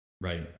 Right